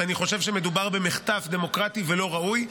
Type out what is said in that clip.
אני חושב שמדובר במחטף דמוקרטי ולא ראוי.